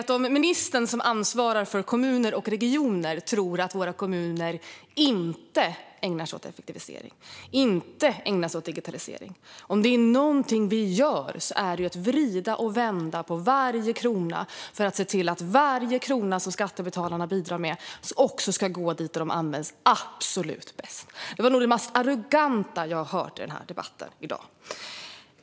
Tror ministern, som ansvarar för kommuner och regioner, att kommunerna inte ägnar sig åt effektivisering och digitalisering? Om det är någonting vi gör är det ju att vrida och vända på varje krona för att se till att varje krona som skattebetalarna bidrar med går dit där pengarna används på absolut bästa sätt. Detta var nog det mest arroganta jag har hört i debatten i dag.